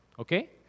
okay